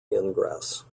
ingress